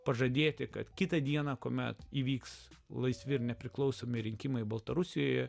pažadėti kad kitą dieną kuomet įvyks laisvi ir nepriklausomi rinkimai baltarusijoje